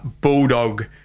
bulldog